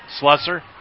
Slusser